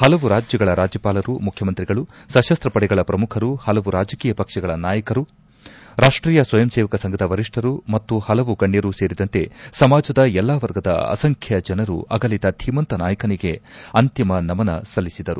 ಪಲವು ರಾಜ್ಯಗಳ ರಾಜ್ಯಪಾಲರು ಮುಖ್ಯಮಂತ್ರಿಗಳು ಸಶಸ್ತ ಪಡೆಗಳ ಪ್ರಮುಖರು ಹಲವು ರಾಜಕೀಯ ಪಕ್ಷಗಳ ನಾಯಕರು ರಾಷ್ಷೀಯ ಸ್ವಯಂ ಸೇವಕ ಸಂಘದ ವರಿಷ್ಠರು ಮತ್ತು ಹಲವು ಗಣ್ಣರು ಸೇರಿದಂತೆ ಸಮಾಜದ ಎಲ್ಲಾ ವರ್ಗದ ಅಸಂಖ್ಯ ಜನರು ಅಗಲಿದ ಧೀಮಂತ ನಾಯಕನಿಗೆ ಅಂತಿಮ ನಮನ ಸಲ್ಲಿಸಿದರು